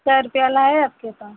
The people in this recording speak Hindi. सर क्या लाए आपके पास